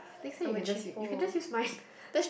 next time you can just use you can just use mine